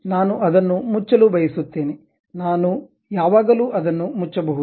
ನಾನು ಅದನ್ನು ಮುಚ್ಚಲು ಬಯಸುತ್ತೇನೆ ನಾನು ಯಾವಾಗಲೂ ಅದನ್ನು ಮುಚ್ಚಬಹುದು